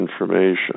information